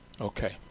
Okay